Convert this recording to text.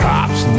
Cops